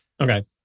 Okay